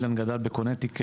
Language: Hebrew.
אלן גדל בקונטיקט.